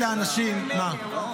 לאנשים, מה?